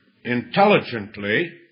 intelligently